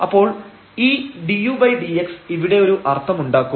അപ്പോൾ ഈ dudx ഇവിടെ ഒരു അർത്ഥമുണ്ടാക്കും